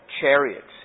chariots